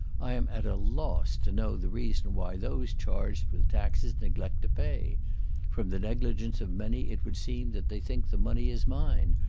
i am at a loss to know the reason why those charged with taxes neglect to pay from the negligence of many it would seem that they think the money is mine,